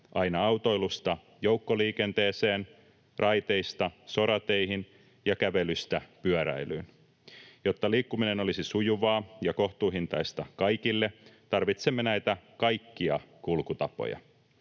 aina autoilusta joukkoliikenteeseen, raiteista sorateihin ja kävelystä pyöräilyyn. Jotta liikkuminen olisi sujuvaa ja kohtuuhintaista kaikille, tarvitsemme kaikkia näitä kulkutapoja.